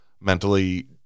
mentally